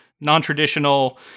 non-traditional